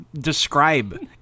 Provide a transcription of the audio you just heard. describe